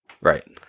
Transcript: right